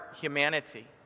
humanity